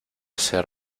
ser